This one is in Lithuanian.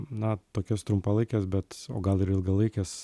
na tokios trumpalaikės bet o gal ir ilgalaikės